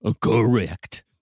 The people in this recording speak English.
correct